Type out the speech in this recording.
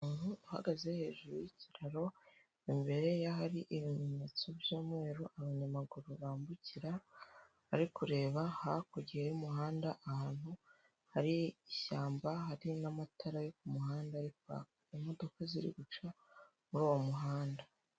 Umuntu uhagaze hejuru y'kiraro imbere ye ahari ibimenyetso by'umweru abanyamaguru bambukira ari kureba hakurya y'umuhanda ahantu hari ishyamba hari n'amatara yo ku muhanda arikwaka imodoka ziri guca muri uwo muhanda.